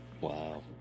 Wow